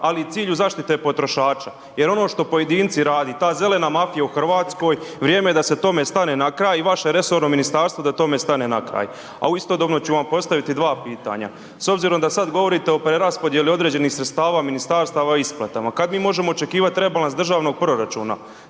i u cilju zaštite potrošača jer ono što pojedinci rade, ta zelena mafija u Hrvatskoj, vrijeme je da ste tome stane na kraj i vaše resorno ministarstvo da tome stane na kraj. A istodobno ću vam postaviti dva pitanja. S obzirom da sad govorite o preraspodjeli određenih sredstava ministarstava i isplatama, kad mi možemo očekivati rebalans državnog proračuna?